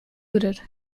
judith